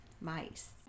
mice